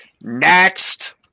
Next